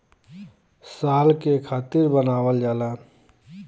साल के खातिर बनावल जाला